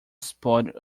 spoiled